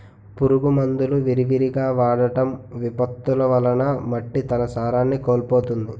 పురుగు మందులు విరివిగా వాడటం, విపత్తులు వలన మట్టి తన సారాన్ని కోల్పోతుంది